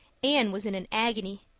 anne was in an agony.